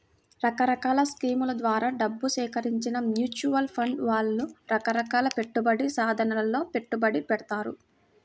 రకరకాల స్కీముల ద్వారా డబ్బు సేకరించి మ్యూచువల్ ఫండ్ వాళ్ళు రకరకాల పెట్టుబడి సాధనాలలో పెట్టుబడి పెడతారు